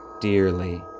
dearly